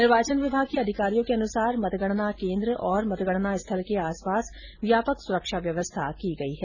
निर्वाचन विभाग के अधिकारियों के अनुसार मतगणना केंद्र और मतगणना स्थल के आस पास व्यापक सुरक्षा व्यवस्था की गयी है